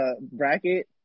bracket